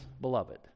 beloved